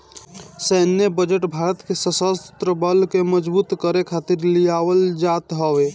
सैन्य बजट भारत के शस्त्र बल के मजबूत करे खातिर लियावल जात हवे